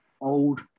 old